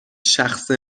شخص